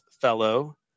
fellow